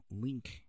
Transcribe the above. link